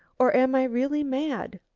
or am i really mad?